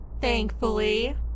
Thankfully